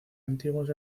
antiguos